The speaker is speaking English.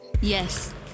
yes